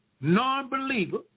non-believer